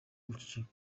guceceka